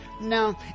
No